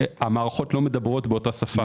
המערכות לא מדברות באותה שפה.